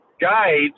guides